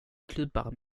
klubbar